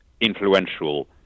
influential